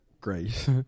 great